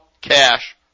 cash